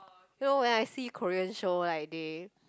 you know when I see Korean show right they